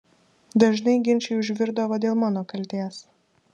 dažnai ginčai užvirdavo dėl mano kaltės